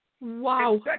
Wow